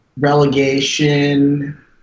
relegation